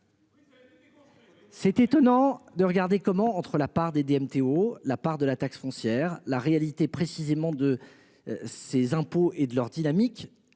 C'est étonnant de regarder comment entre la part des DMTO, la part de la taxe foncière. La réalité, précisément de. Ses impôts et de leur dynamique